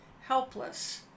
helpless